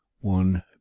One